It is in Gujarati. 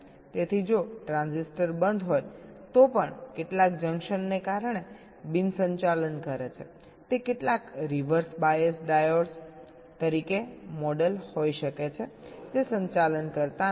તેથી જો ટ્રાન્ઝિસ્ટર બંધ હોય તો પણ કેટલાક જંકશનને કારણે બિન સંચાલન કરે છે તે કેટલાક રિવર્સ બાયસ ડાયોડ્સ તરીકે મોડેલ હોઈ શકે છે જે સંચાલન કરતા નથી